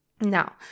Now